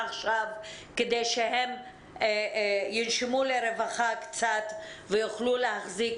כדי שהם ינשמו לרווחה קצת ויוכלו להחזיק